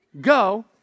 go